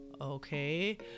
Okay